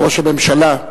ראש הממשלה.